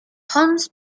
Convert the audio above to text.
holmes